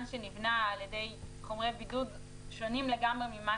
שנבנה על-ידי חומרי בידוד שונים לגמרי ממה